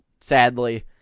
sadly